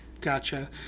Gotcha